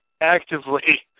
actively